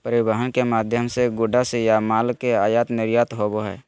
परिवहन के माध्यम से गुड्स या माल के आयात निर्यात होबो हय